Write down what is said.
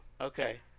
Okay